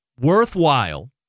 worthwhile